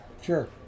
Sure